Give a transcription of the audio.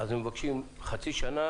אז הם מבקשים חצי שנה,